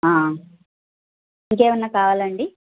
ఇంకా ఏమన్న కావాలా అండి